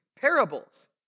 Parables